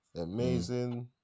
amazing